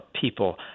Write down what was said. people